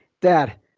dad